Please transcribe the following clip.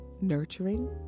nurturing